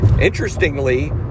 Interestingly